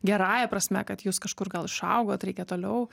gerąja prasme kad jūs kažkur gal išaugot reikia toliau